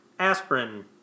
Aspirin